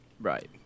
Right